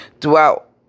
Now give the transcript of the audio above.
Throughout